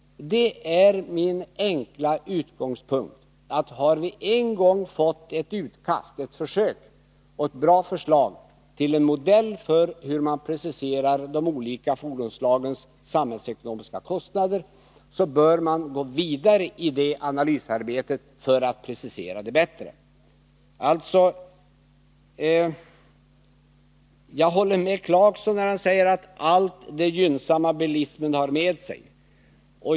Det är min enkla utgångspunkt. Har vi en gång fått ett utkast till en modell för hur man skall precisera de olika fordonsslagens samhällsekonomiska kostnader som är bra, bör man gå vidare med det analysarbetet för att precisera siffrorna bättre. Jag håller med Rolf Clarkson i det han säger om allt det gynnsamma bilismen för med sig.